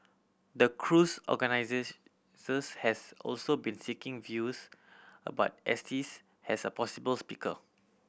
the cruise has also been seeking views about Estes as a possible speaker